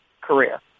career